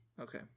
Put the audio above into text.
Okay